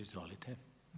Izvolite.